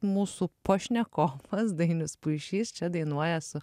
mūsų pašnekovas dainius puišys čia dainuoja su